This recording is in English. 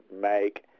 make